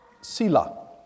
sila